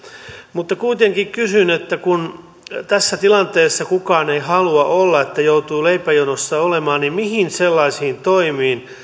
mutta kuitenkin kysyn kun tässä tilanteessa kukaan ei halua olla että joutuu leipäjonossa olemaan mihin sellaisiin toimiin